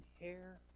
hair